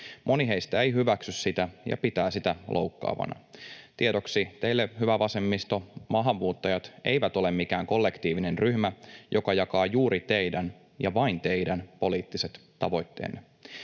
Moni heistä ei hyväksy sitä ja pitää sitä loukkaavana. Tiedoksi teille, hyvä vasemmisto: maahanmuuttajat eivät ole mikään kollektiivinen ryhmä, joka jakaa juuri teidän — ja vain teidän — poliittiset tavoitteenne.